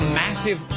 massive